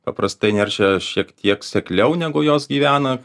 paprastai neršia šiek tiek sekliau negu jos gyvena